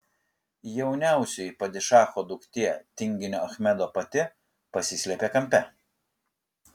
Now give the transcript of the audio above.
jauniausioji padišacho duktė tinginio achmedo pati pasislėpė kampe